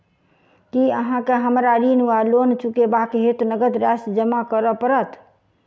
की अहाँ केँ हमरा ऋण वा लोन चुकेबाक हेतु नगद राशि जमा करऽ पड़त?